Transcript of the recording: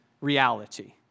reality